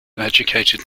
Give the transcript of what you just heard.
educated